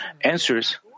answers